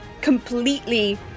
completely